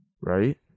right